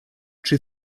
czy